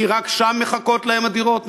כי רק שם מחכות להם הדירות?